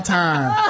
time